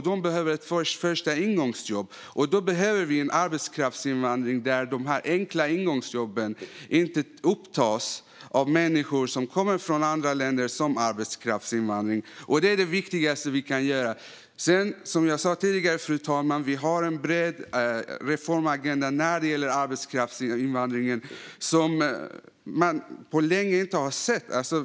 De behöver ett första ingångsjobb, och då behöver vi en arbetskraftsinvandring där de här enkla ingångsjobben inte upptas av människor som kommer från andra länder som arbetskraftsinvandrare. Det är det viktigaste vi kan göra. Som jag sa tidigare, fru talman, har vi en bred reformagenda när det gäller arbetskraftsinvandringen som man inte sett på länge.